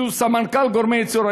שהוא סמנכ"ל גורמי ייצור.